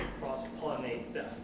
cross-pollinate